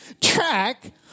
track